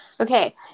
Okay